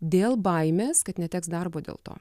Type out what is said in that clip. dėl baimės kad neteks darbo dėl to